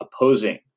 opposing